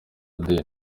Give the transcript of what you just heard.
day